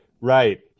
Right